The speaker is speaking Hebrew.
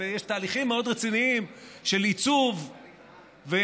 יש תהליכים מאוד רציניים של עיצוב וחיטוב